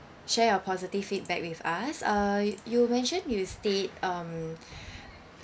share your positive feedback with us err you mentioned you stayed um